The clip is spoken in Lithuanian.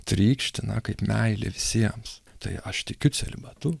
trykšti na kaip meilė visiems tai aš tikiu celibatu